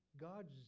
God's